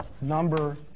number